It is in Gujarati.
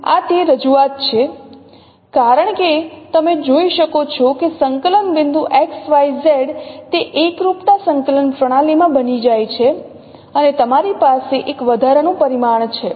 તેથી આ તે રજૂઆત છે કારણ કે તમે જોઈ શકો છો કે સંકલન બિંદુ x y z તે એકરૂપતા સંકલન પ્રણાલીમાં બની જાય છે અને તમારી પાસે એક વધારાનું પરિમાણ છે